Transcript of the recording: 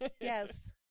Yes